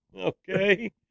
Okay